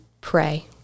pray